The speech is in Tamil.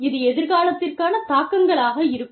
இது எதிர்காலத்திற்கான தாக்கங்களாக இருக்கும்